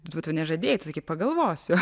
bet tu nežadėjai sakei pagalvosiu